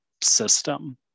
system